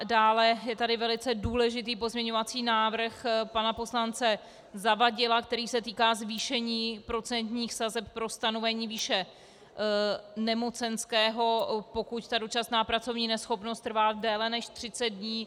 Dále je tady velice důležitý pozměňovací návrh pana poslance Zavadila, který se týká zvýšení procentních sazeb pro stanovení výše nemocenského, pokud dočasná pracovní neschopnost trvá déle než třicet dní.